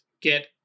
get